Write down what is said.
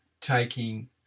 taking